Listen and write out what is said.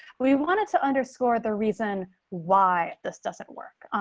we wanted to underscore the reason why this doesn't work.